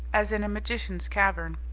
as in a magician's cavern,